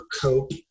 cope